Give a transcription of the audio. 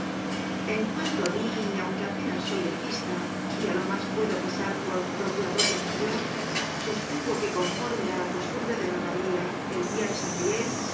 en cuanto á mí aunque apenas soy legista y á lo mas puedo pasar por procurador de aficion sostengo que conforme á la costumbre de normandía el dia de san miguel